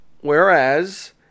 whereas